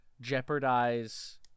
jeopardize